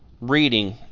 reading